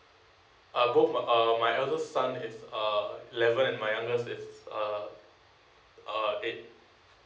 uh both uh my eldest son is uh eleven my youngest is uh eight